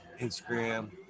Instagram